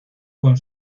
con